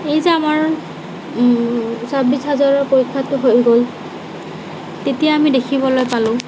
এই যে আমাৰ ছাব্বিছ হাজাৰৰ পৰীক্ষাটো হৈ গ'ল তেতিয়া আমি দেখিবলৈ পালোঁ